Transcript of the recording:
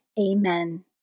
Amen